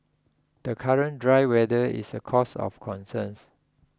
the current dry weather is a cause of concerns